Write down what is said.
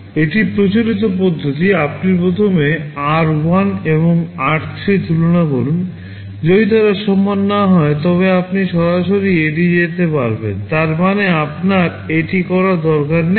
এটি প্রচলিত পদ্ধতি আপনি প্রথমে আর 1 এবং আর 3 তুলনা করুন যদি তারা সমান না হয় তবে আপনি সরাসরি এড়িয়ে যেতে পারবেন তার মানে আপনার এটি করার দরকার নেই